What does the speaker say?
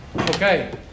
Okay